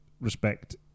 respect